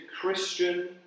christian